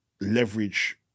leverage